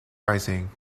rising